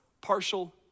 partial